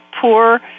poor